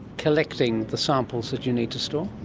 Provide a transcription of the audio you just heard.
collecting the samples that you need to store?